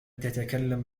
تتكلم